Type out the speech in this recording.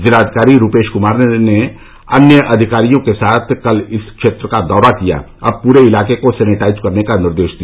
जिलाधिकारी रूपेश कुमार ने अन्य अधिकारियों के साथ कल इस क्षेत्र का दौरा किया और पूरे इलाके को सैनेटाइज कराने का निर्देश दिया